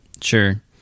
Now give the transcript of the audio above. Sure